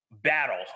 battle